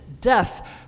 death